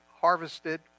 harvested